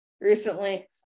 recently